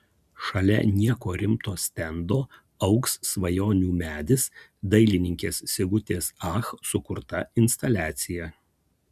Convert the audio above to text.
šalia nieko rimto stendo augs svajonių medis dailininkės sigutės ach sukurta instaliacija